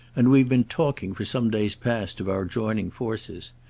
and we've been talking for some days past of our joining forces.